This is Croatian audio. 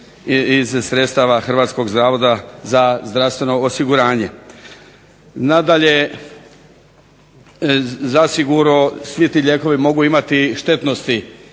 iz sredstava Hrvatskog zavoda za zdravstveno osiguranje. Nadalje, zasigurno svi ti lijekovi mogu imati štetnosti